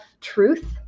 truth